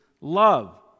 love